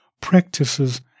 practices